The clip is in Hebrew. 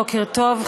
בוקר טוב,